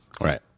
Right